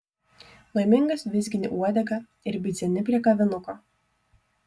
laimingas vizgini uodegą ir bidzeni prie kavinuko